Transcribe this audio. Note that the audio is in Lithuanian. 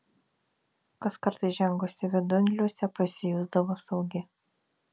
kaskart įžengusi vidun liusė pasijusdavo saugi